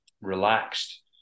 relaxed